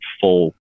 full